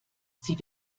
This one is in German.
sie